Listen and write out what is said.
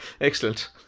excellent